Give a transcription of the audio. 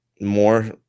more